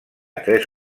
tres